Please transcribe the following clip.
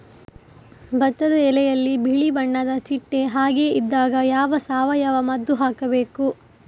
ಭತ್ತದ ಎಲೆಯಲ್ಲಿ ಬಿಳಿ ಬಣ್ಣದ ಚಿಟ್ಟೆ ಹಾಗೆ ಇದ್ದಾಗ ಯಾವ ಸಾವಯವ ಮದ್ದು ಹಾಕಬೇಕು?